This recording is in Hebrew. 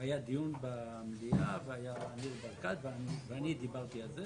היה דיון במליאה וניר ברקת ואני דיברנו על זה